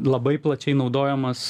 labai plačiai naudojamas